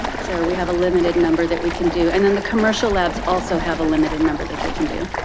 so we have a limited number that we can do. and then the commercial labs also have a limited number that they can do.